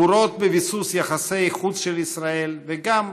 גבורות בביסוס יחסי החוץ של ישראל וגם,